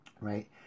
right